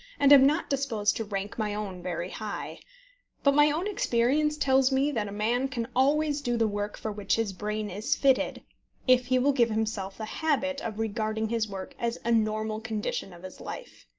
and am not disposed to rank my own very high but my own experience tells me that a man can always do the work for which his brain is fitted if he will give himself the habit of regarding his work as a normal condition of his life.